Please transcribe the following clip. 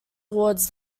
towards